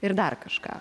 ir dar kažką